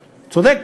צודק.